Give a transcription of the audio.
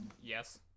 Yes